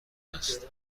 است